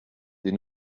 des